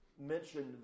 mentioned